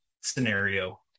scenario